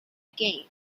game